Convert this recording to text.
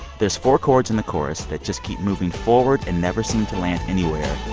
there's four chords in the chorus that just keep moving forward and never seem to land anywhere.